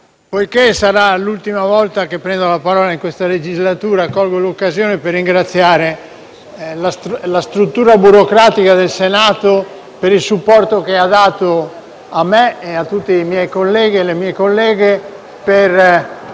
poiché questa è l'ultima volta che prendo la parola in Assemblea in questa legislatura, colgo l'occasione per ringraziare la struttura burocratica del Senato per il supporto che ha dato a me e a i tutti i miei colleghi e colleghe per